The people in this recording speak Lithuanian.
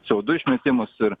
c o du išmetimus ir